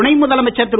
துணை முதலமைச்சர் திரு